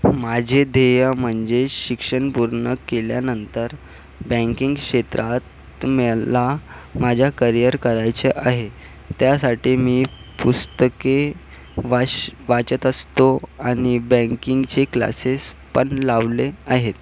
माझे ध्येय म्हणजे शिक्षण पूर्ण केल्यानंतर बँकिंग क्षेत्रात मला माझा करिअर करायचे आहे त्यासाठी मी पुस्तके वाच वाचत असतो आणि बॅंकिंगचे क्लासेस पण लावले आहेत